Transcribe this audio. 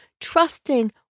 trusting